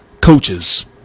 coaches